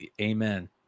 Amen